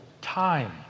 time